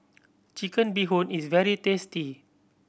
Chicken Bee Hoon is very tasty